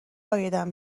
عایدم